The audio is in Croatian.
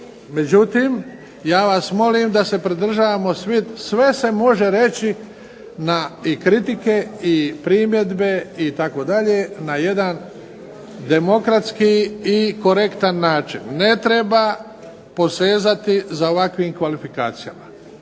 međutim, ja vas molim da se pridržavamo svi, sve se može reći i kritike i primjedbe itd., na jedan demokratski i korektan način, ne treba posezati za ovakvim kvalifikacijama.